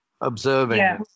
observing